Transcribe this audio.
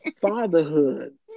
fatherhood